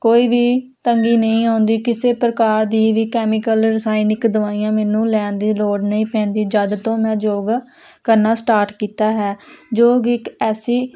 ਕੋਈ ਵੀ ਤੰਗੀ ਨਹੀਂ ਆਉਂਦੀ ਕਿਸੇ ਪ੍ਰਕਾਰ ਦੀ ਵੀ ਕੈਮੀਕਲ ਰਸਾਇਨਿਕ ਦਵਾਈਆਂ ਮੈਨੂੰ ਲੈਣ ਦੀ ਲੋੜ ਨਹੀਂ ਪੈਂਦੀ ਜਦ ਤੋਂ ਮੈਂ ਯੋਗ ਕਰਨਾ ਸਟਾਰਟ ਕੀਤਾ ਹੈ ਯੋਗ ਇੱਕ ਐਸੀ